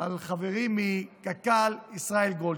על חברי מקק"ל ישראל גולדשטיין.